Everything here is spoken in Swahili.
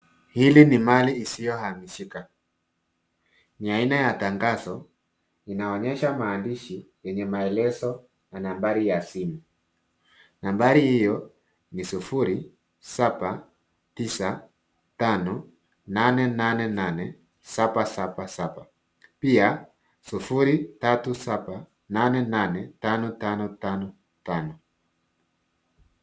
Hili ni mali isiyohamishika. Ni aina ya tangazo, linaonyesha maandishi yenye maelezo na nambari ya simu. Nambari hiyo ni 0795888777. Pia 03788555.